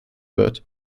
wird